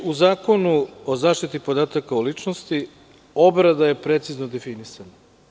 U Zakonu o zaštiti podataka o ličnosti obrada je precizno definisana.